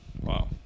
Wow